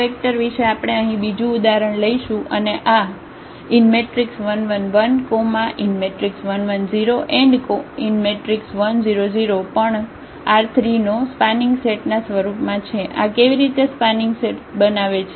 આ વેક્ટર વિષે આપણે અહીં બીજું ઉદાહરણ લઈશું અને આ 1 1 1 1 1 0 1 0 0 પણ R3 નો સ્પાનિંગ સેટ ના સ્વરૂપમાં છે આ કેવી રીતે સ્પાનિંગ સેટ બનાવે છે